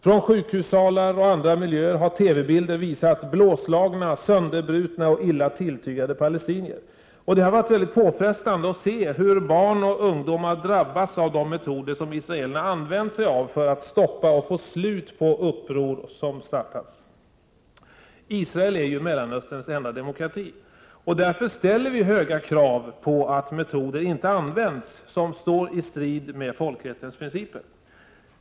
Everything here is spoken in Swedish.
Från sjukhussalar och andra miljöer har TV-bilder visat blåslagna, sönderbrutna och illa tilltygade palestinier. Det har varit väldigt påfrestande att se hur barn och ungdomar drabbats av de metoder som israelerna använt sig av för att få ett slut på uppror som startats. Israel är ju Mellanösterns enda demokrati. Därför ställer vi höga krav på att metoder inte används som står i strid med folkrättens principer.